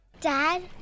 Dad